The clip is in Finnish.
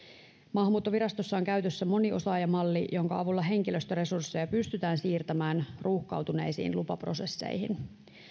maahanmuuttovirastossa on käytössä moniosaajamalli jonka avulla henkilöstöresursseja pystytään siirtämään ruuhkautuneisiin lupaprosesseihin